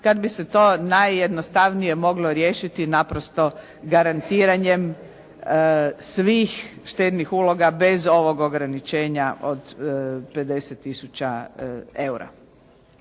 kada bi se to najjednostavnije moglo riješiti naprosto garantiranjem svih štednih uloga bez ovog ograničenja od 50 tisuća eura.